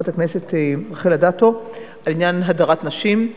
חברת הכנסת רחל אדטו על הדרת נשים.